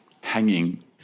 hanging